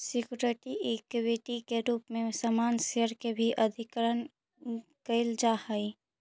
security equity के रूप में सामान्य शेयर के भी अधिग्रहण कईल जा हई